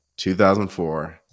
2004